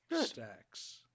Stacks